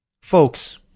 Folks